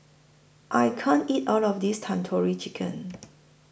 I can't eat All of This Tandoori Chicken